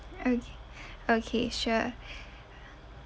oka~ okay sure